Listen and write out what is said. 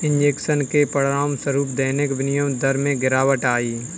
injection के परिणामस्वरूप दैनिक विनिमय दर में गिरावट आई